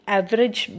average